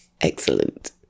Excellent